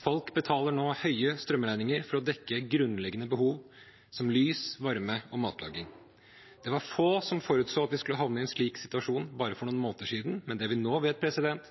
Folk betaler nå høye strømregninger for å dekke grunnleggende behov som lys, varme og matlaging. Det var få som forutså at vi skulle havne i en slik situasjon bare for noen måneder siden, men det vi nå vet, er